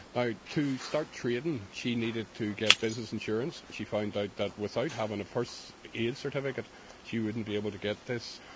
now to start trading she needed to get business insurance, she found out that without having a first aid certificate she wouldn't be able to get this.